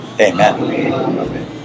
Amen